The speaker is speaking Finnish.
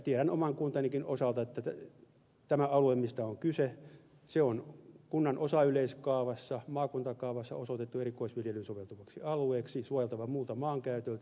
tiedän oman kuntanikin osalta että tämä alue mistä on kyse on kunnan osayleiskaavassa ja maakuntakaavassa osoitettu erikoisviljelyyn soveltuvaksi alueeksi ja suojeltava muulta maankäytöltä